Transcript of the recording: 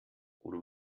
oder